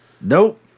Nope